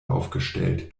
aufgestellt